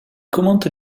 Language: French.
commente